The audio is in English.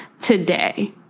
today